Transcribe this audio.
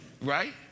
Right